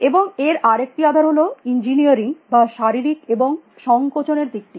এবং এর আরেকটি আধার হল ইঞ্জিনিয়ারিং বা শারীরিক এবং সংকোচনের দিকটি